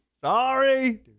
Sorry